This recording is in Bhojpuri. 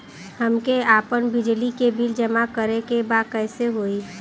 हमके आपन बिजली के बिल जमा करे के बा कैसे होई?